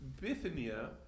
Bithynia